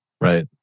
right